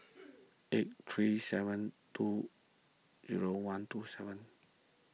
eight three seven two zero one two seven